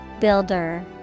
Builder